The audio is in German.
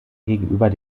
gegenüber